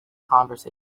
conversation